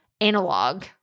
analog